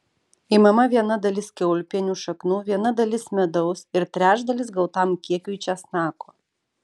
imama viena dalis kiaulpienių šaknų viena dalis medaus ir trečdalis gautam kiekiui česnako